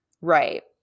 Right